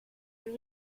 ihn